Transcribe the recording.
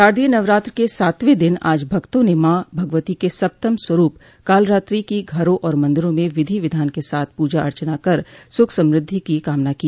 शारदीय नवरात्र के सातवें दिन आज भक्तों ने माँ भगवती के सप्तम स्वरूप कालरात्रि की घरों और मंदिरों में विधि विधान के साथ पूजा अर्चना कर सुख समृद्धि की कामना की